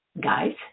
guys